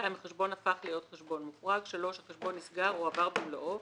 החשבון הפך להיות חשבון מוחרג; החשבון נסגר או הועבר במלואו,